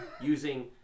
using